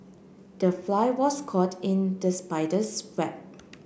the fly was caught in the spider's web